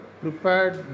prepared